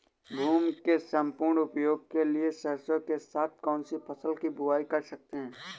भूमि के सम्पूर्ण उपयोग के लिए सरसो के साथ कौन सी फसल की बुआई कर सकते हैं?